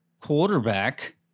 quarterback